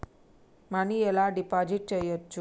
Money ఎలా deposit చేయచ్చు?